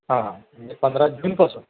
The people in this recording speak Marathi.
हां हां पंधरा जून कसं